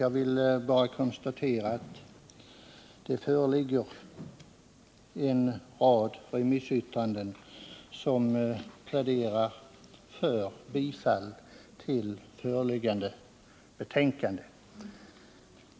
Jag vill bara konstatera att det föreligger en rad remissyttranden, där det pläderas för bifall till det föreliggande förslaget.